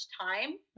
time